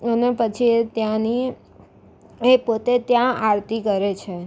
અને પછી એ ત્યાંની એ પોતે ત્યાં આરતી કરે છે